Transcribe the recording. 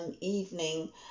evening